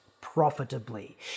profitably